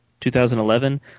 2011